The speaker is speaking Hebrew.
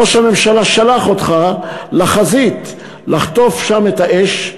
ראש הממשלה שלח אותך לחזית לחטוף שם את האש,